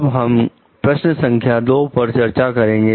अब हम मुख्य प्रश्न संख्या दो पर चर्चा करेंगे